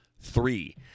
three